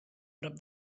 prop